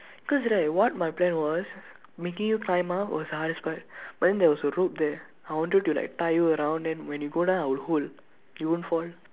cause right what my plan was making you climb up was the hardest part but then there was a rope there I wanted to like tie you around than when you go down I will hold you won't fall